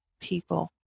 people